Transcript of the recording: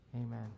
Amen